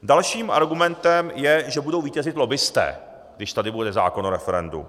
Dalším argumentem je, že budou vítězit lobbisté, když tady bude zákon o referendu.